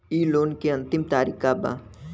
इ लोन के अन्तिम तारीख का बा?